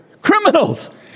Criminals